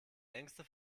längste